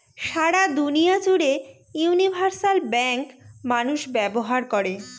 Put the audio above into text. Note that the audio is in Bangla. সারা দুনিয়া জুড়ে ইউনিভার্সাল ব্যাঙ্ক মানুষ ব্যবহার করে